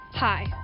Hi